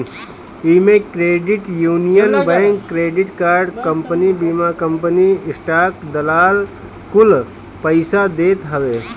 इमे credit union bank, credit card company, बीमा company, stock दलाल कुल पइसा देत हवे